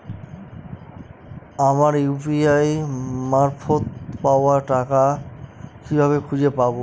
আমার ইউ.পি.আই মারফত পাওয়া টাকা কিভাবে খুঁজে পাব?